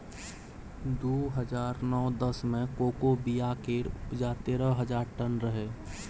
दु हजार नौ दस मे कोको बिया केर उपजा तेरह हजार टन रहै